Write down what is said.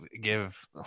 give